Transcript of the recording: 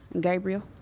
Gabriel